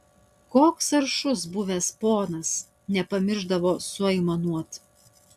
koks aršus buvęs ponas nepamiršdavo suaimanuot